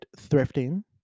thrifting